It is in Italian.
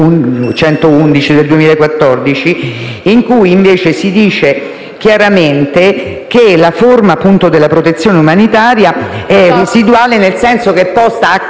22111 del 2014) secondo cui si dice chiaramente che la forma della protezione umanitaria è residuale, nel senso che è posta a